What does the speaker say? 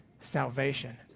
salvation